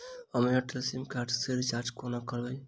हम Airtel SIM card केँ recharge कोना करबै?